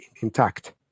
intact